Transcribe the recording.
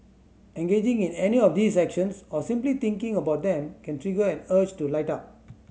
engaging in any of these actions or simply thinking about them can trigger an urge to light up